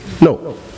No